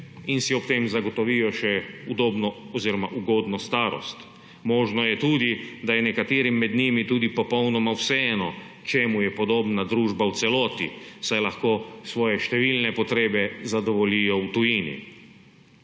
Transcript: in si ob tem zagotovijo še udobno oziroma ugodno starost. Možno je tudi, da je nekaterim med njimi tudi popolnoma vseeno, čemu je podobna družba v celoti, saj lahko svoje številne potrebe zadovoljijo v tujini.